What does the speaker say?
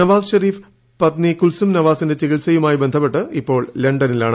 നവാസ് ഷെരീഫ് പത്നി കുൽസും നവാസിന്റെ ചികിത്സയുമായി ബന്ധപ്പെട്ട് ഇപ്പോൾ ലണ്ടനിലാണ്